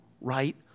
right